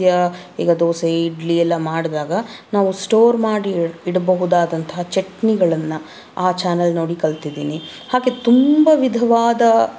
ಈಗ ದೋಸೆ ಇಡ್ಲಿ ಎಲ್ಲ ಮಾಡಿದಾಗ ನಾವು ಸ್ಟೋರ್ ಮಾಡಿ ಇಡ್ ಇಡಬಹುದಾದಂತಹ ಚಟ್ನಿಗಳನ್ನು ಆ ಚಾನಲ್ ನೋಡಿ ಕಲ್ತಿದ್ದೀನಿ ಹಾಗೆ ತುಂಬ ವಿಧವಾದ